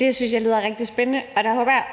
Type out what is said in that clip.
Det lyder rigtig spændende.